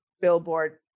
Billboard